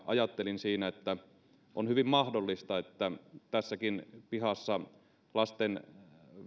ajattelin siinä että on hyvin mahdollista että tässäkin pihassa lasten